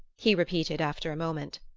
he repeated after a moment.